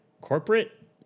corporate